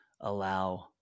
allow